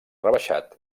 rebaixat